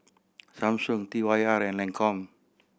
Samsung T Y R and Lancome